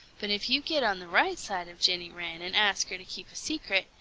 but if you get on the right side of jenny wren and ask her to keep a secret,